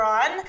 on